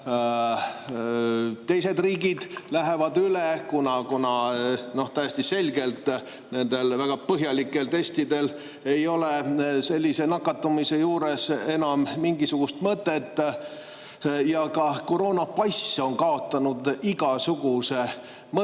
teised riigid teevad, kuna täiesti selgelt nendel väga põhjalikel testidel ei ole sellise nakatumise korral enam mingisugust mõtet. Ka koroonapass on kaotanud igasuguse mõtte.